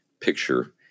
picture